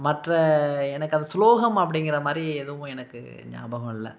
மற்ற எனக்கு அந்த ஸ்லோகம் அப்படிங்கிற மாதிரி எதுவும் எனக்கு ஞாபகம் இல்லை